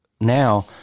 Now